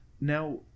now